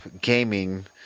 gaming